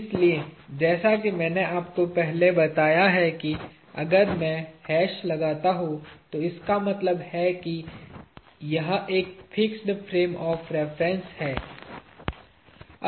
इसलिए जैसा कि मैंने आपको पहले ही बताया है कि अगर मैं हैश लगाता हूं तो इसका मतलब है कि यह एक फिक्स फ्रेम ऑफ रेफरेंस है